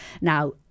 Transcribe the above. now